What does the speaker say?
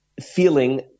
feeling